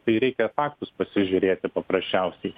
tai reikia faktus pasižiūrėti paprasčiausiai